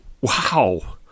Wow